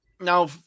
now